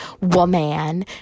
woman